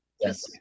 Yes